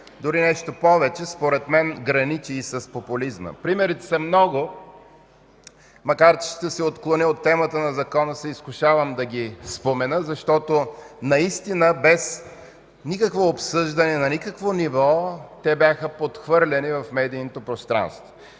Дори нещо повече, според мен граничи с популизма. Примерите са много. Макар че ще се отклоня от темата на Законопроекта, се изкушавам да ги спомена, защото наистина без никакво обсъждане на никакво ниво, те бяха подхвърлени в медийното пространство.